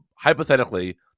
hypothetically